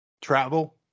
travel